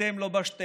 אתם לא בשטעטל